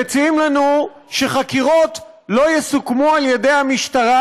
מציעים לנו שחקירות לא יסוכמו על ידי המשטרה,